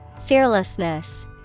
Fearlessness